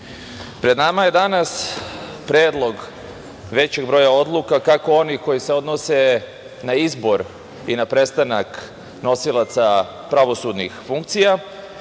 pred nama je danas predlog većeg broja odluka, kako onih koje se odnose na izbor i na prestanak nosilaca pravosudnih funkcija,